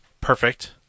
perfect